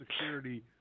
security